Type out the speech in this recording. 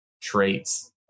traits